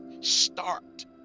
start